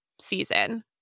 season